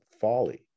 folly